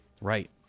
right